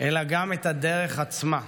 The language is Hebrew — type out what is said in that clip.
אלא גם את הדרך עצמה,